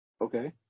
Okay